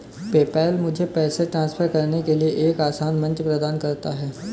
PayPal मुझे पैसे transfer करने के लिए एक आसान मंच प्रदान करता है